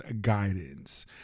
guidance